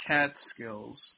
Catskills